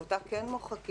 שאותה כן מוחקים,